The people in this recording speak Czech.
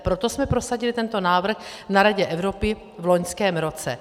Proto jsme prosadili tento návrh na Radě Evropy v loňském roce.